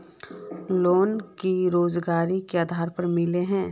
Loan की रोजगार के आधार पर मिले है?